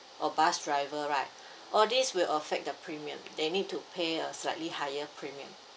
or bus driver right all this will affect the premium they need to pay a slightly higher premium